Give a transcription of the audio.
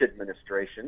administration